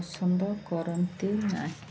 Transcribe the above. ପସନ୍ଦ କରନ୍ତି ନାହିଁ